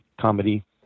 comedy